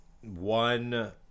one